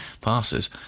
passes